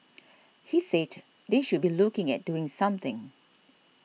he said they should be looking at doing something